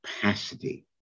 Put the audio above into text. capacity